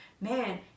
man